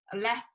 less